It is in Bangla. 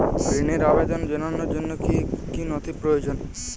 ঋনের আবেদন জানানোর জন্য কী কী নথি প্রয়োজন?